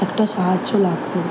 একটা সাহায্য লাগত